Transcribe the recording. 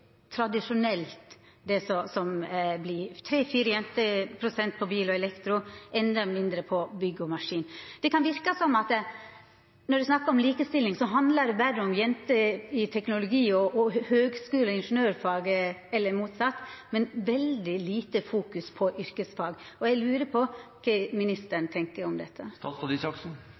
på bil og elektro, endå mindre på bygg og maskin. Når ein snakkar om likestilling, kan det verka som om det berre handlar om jenter og teknologi, og om høgskule- og ingeniørfag eller motsett, men det er veldig lite fokus på yrkesfag. Eg lurar på kva ministeren tenkjer om dette.